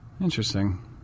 Interesting